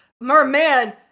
Merman